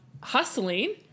hustling